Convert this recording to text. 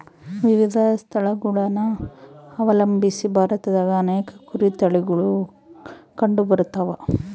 ವಿವಿಧ ಸ್ಥಳಗುಳನ ಅವಲಂಬಿಸಿ ಭಾರತದಾಗ ಅನೇಕ ಕುರಿ ತಳಿಗುಳು ಕಂಡುಬರತವ